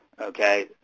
Okay